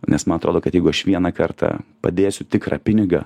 nes man atrodo kad jeigu aš vieną kartą padėsiu tikrą pinigą